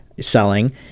selling –